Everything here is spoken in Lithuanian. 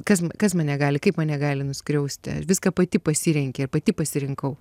kas m kas mane gali kaip mane gali nuskriausti viską pati pasirenki ir pati pasirinkau